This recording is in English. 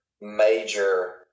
major